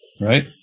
right